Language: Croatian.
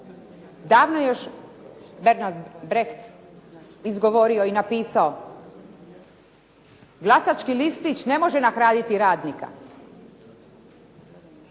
Davno je još Bernard Brecht izgovorio i napisao: "Glasački listić ne može nahraniti radnika."